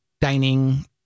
dining